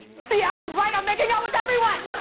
see, i was right. i'm making out with everyone!